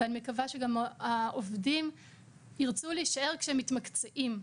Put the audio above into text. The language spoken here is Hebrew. ואני מקווה שהעובדים ירצו להישאר כשהם מתמקצעים.